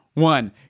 One